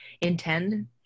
intend